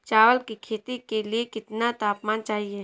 चावल की खेती के लिए कितना तापमान चाहिए?